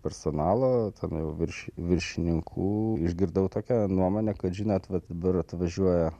personalo tame virš viršininkų išgirdau tokią nuomonę kad žinot va dabar atvažiuoja